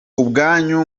ubwanyu